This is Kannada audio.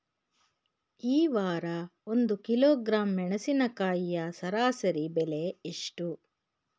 ಈ ವಾರ ಒಂದು ಕಿಲೋಗ್ರಾಂ ಮೆಣಸಿನಕಾಯಿಯ ಸರಾಸರಿ ಬೆಲೆ ಎಷ್ಟು?